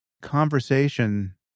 Conversation